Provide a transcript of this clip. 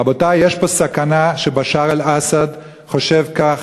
רבותי, יש פה סכנה, שבשאר אל-אסד חושב כך,